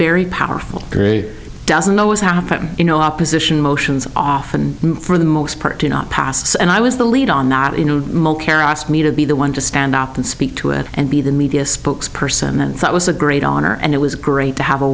very powerful doesn't always happen you know opposition motions often for the most part did not pass and i was the lead on not in me to be the one to stand up and speak to it and be the media spokes person and that was a great honor and it was great to have a